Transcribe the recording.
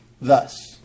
thus